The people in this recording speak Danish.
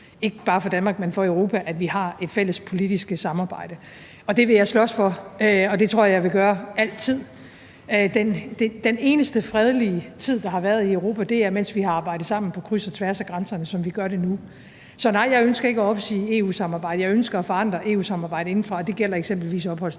ikke bare for Danmark, men for Europa, at vi har et fælles politisk samarbejde, og det vil jeg slås for, og det tror jeg at jeg vil gøre altid. Den eneste fredelige tid, der har været i Europa, er, mens vi har arbejdet sammen på kryds og tværs af grænserne, som vi gør det nu. Så nej, jeg ønsker ikke at opsige EU-samarbejdet. Jeg ønsker at forandre EU-samarbejdet indefra, og det gælder eksempelvis opholdsdirektivet.